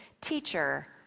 Teacher